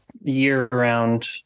year-round